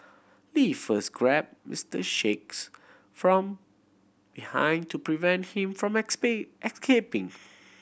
Lee first grabbed Mister Sheikh's from behind to prevent him from escaping